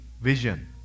vision